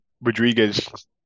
Rodriguez